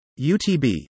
UTB